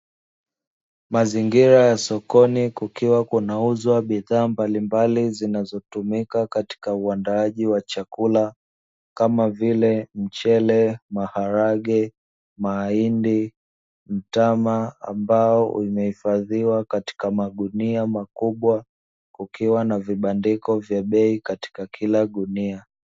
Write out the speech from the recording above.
Mazingira ya sokoni kukiwa kunauza bidhaa mbalimbali, zinazotumika katika uandaaji wa chakula kama vile; mchele, maharage, mahindi, mtama ambao umehifadhiwa katika magunia makubwa. Kukiwa na vibandiko vya bei katika kila gunia.